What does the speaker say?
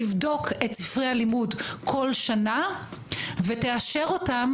תבדוק את ספרי הלימוד כל שנה ותאשר אותם